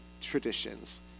traditions